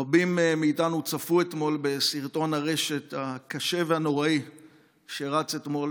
רבים מאיתנו צפו אתמול בסרטון הרשת הקשה והנוראי שרץ אתמול,